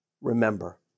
remember